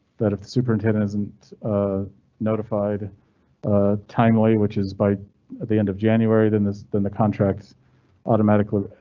that if the superintendent isn't ah notified ah timely, which is by the end of january, then this, then the contracts automatically.